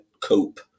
cope